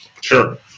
Sure